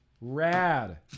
Rad